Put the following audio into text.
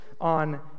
on